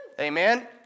Amen